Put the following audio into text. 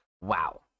Wow